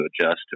adjust